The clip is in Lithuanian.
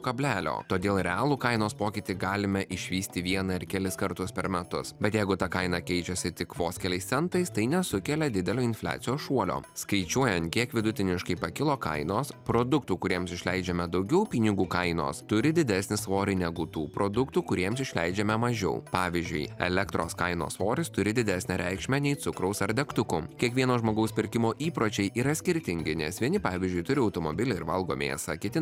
kablelio todėl realų kainos pokytį galime išvysti vieną ir kelis kartus per metus bet jeigu ta kaina keičiasi tik vos keliais centais tai nesukelia didelio infliacijos šuolio skaičiuojant kiek vidutiniškai pakilo kainos produktų kuriems išleidžiame daugiau pinigų kainos turi didesnį svorį negu tų produktų kuriems išleidžiame mažiau pavyzdžiui elektros kainos svoris turi didesnę reikšmę nei cukraus ar degtukų kiekvieno žmogaus pirkimo įpročiai yra skirtingi nes vieni pavyzdžiui turi automobilį ir valgo mėsą kiti